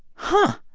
huh,